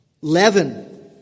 Leaven